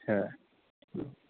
اچھا